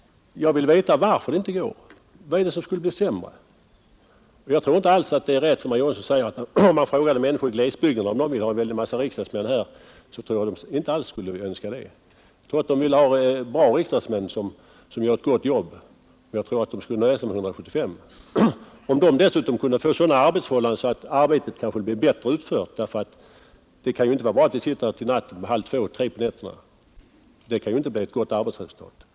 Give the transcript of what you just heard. Jag ville emellertid veta varför det inte går att göra det. Vad är det som skulle bli sämre? Vidare tror jag inte alls att det är så som herr Johansson sade, att människorna ute i glesbygden vill ha en hel massa riksdagsmän. Det tror jag inte alls att de vill. Däremot tror jag att de vill ha bra riksdagsmän, som gör ett gott arbete. Men de skulle säkerligen nöja sig med 175 ledamöter, om dessa också kunde få sådana arbetsförhållanden att jobbet blev bättre utfört. Det kan nämligen inte vara bra att, som vi gör, sitta här till kl. 2 eller halv 3 på nätterna. Då kan det inte bli något bra arbetsresultat.